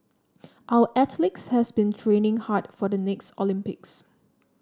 our athletes have been training hard for the next Olympics